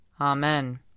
Amen